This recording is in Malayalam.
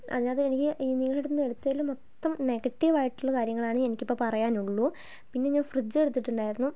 അതിനകത്ത് എനിക്ക് ഈ നിങ്ങളിവിടെ നിന്ന് എടുത്തതിൽ മൊത്തം നെഗറ്റീവ് ആയിട്ടുള്ള കാര്യങ്ങളാണ് എനിക്കിപ്പോൾ പറയാനുള്ളൂ പിന്നെ ഞാൻ ഫ്രിഡ്ജ് എടുത്തിട്ടുണ്ടായിരുന്നു